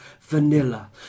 vanilla